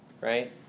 right